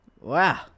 Wow